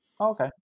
okay